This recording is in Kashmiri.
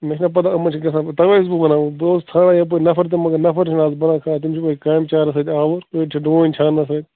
مےٚ چھِناہ پَتاہ یِمَن چھِ گژھان پَتہٕ تَوَے چھُس بہٕ وَنان بہٕ اوسُس ژھانٛڈان یَپٲرۍ نَفَر تہٕ مگر نَفَر چھُنہٕ اَز بَنان کانٛہہ تِم چھِ وۅنۍ کامہِ چارَس سۭتۍ آوُر أڑۍ چھِ ڈوٗنۍ چھاننَس سۭتۍ